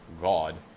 God